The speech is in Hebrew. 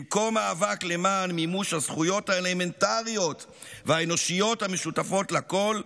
במקום מאבק למען מימוש הזכויות האלמנטריות והאנושיות המשותפות לכול,